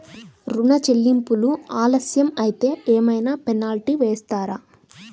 ఋణ చెల్లింపులు ఆలస్యం అయితే ఏమైన పెనాల్టీ వేస్తారా?